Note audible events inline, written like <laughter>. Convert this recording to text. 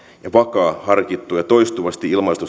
ja vakaa harkittu ja toistuvasti ilmaistu <unintelligible>